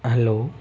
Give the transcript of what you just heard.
hello